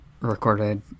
Recorded